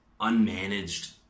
unmanaged